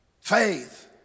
Faith